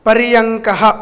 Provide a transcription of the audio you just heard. पर्यङ्कः